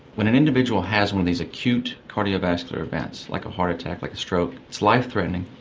when an individual has one of these acute cardiovascular events, like a heart attack, like a stroke, it's life-threatening,